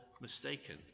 mistaken